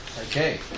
Okay